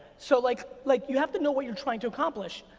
so like, like you have to know what you're trying to accomplish.